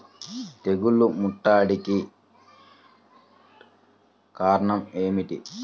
తెగుళ్ల ముట్టడికి కారణం ఏమిటి?